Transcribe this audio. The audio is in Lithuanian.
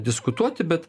diskutuoti bet